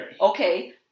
Okay